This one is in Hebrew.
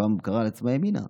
שפעם קראה לעצמה ימינה.